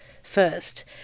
first